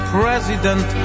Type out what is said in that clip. president